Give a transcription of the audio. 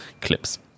clips